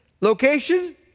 Location